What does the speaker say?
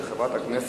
של חברת הכנסת